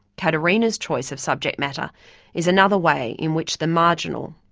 caterina's choice of subject matter is another way in which the marginal,